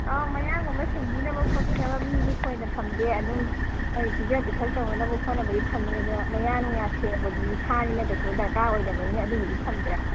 ꯑꯧ ꯃꯌꯥꯡꯒꯨꯝꯕ ꯁꯦꯡꯕꯤꯅꯕ ꯈꯣꯠꯄꯤꯅꯕ ꯃꯤꯗꯤ ꯊꯣꯏꯅ ꯊꯝꯗꯦ ꯑꯗꯨꯝ ꯍꯣꯏ ꯄꯤꯖ ꯄꯤꯊꯛ ꯇꯧꯅꯅꯕ ꯈꯣꯠꯅꯕꯒꯤ ꯊꯝꯃꯦ ꯑꯗꯣ ꯃꯌꯥ ꯅꯨꯡꯌꯥ ꯁꯦꯡꯕꯗꯨꯗꯤ ꯁꯥꯅꯤꯅ ꯀꯩꯁꯨ ꯗꯔꯀꯥꯔ ꯑꯣꯏꯗꯕꯅꯤꯅ ꯑꯗꯨꯒꯤꯗꯤ ꯊꯝꯗ꯭ꯔꯦ